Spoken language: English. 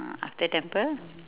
ah after temple